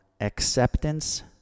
acceptance